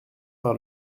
par